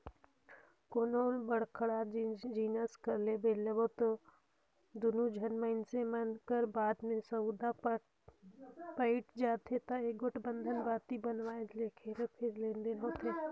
कोनो बड़का जिनिस कर लेवब म दूनो झन मइनसे मन कर बात में सउदा पइट जाथे ता एगोट बंधन पाती बनवाए लेथें फेर लेन देन होथे